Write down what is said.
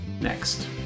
next